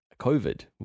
COVID